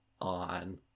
On